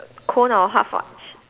cone or hot fudge